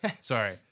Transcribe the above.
sorry